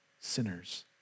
sinners